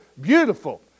beautiful